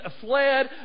fled